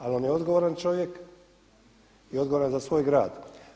Ali on je odgovoran čovjek i odgovoran za svoj grad.